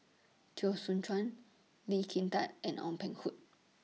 Teo Soon Chuan Lee Kin Tat and Ong Peng Hock